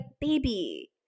baby